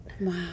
Wow